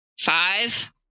five